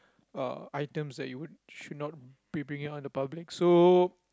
uh items that you would should not be bringing out in the public so